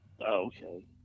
Okay